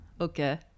okay